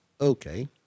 Okay